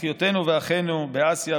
אחיותינו ואחינו באסיה,